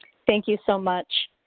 thank you so much.